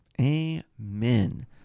Amen